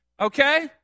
Okay